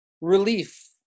relief